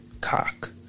Cock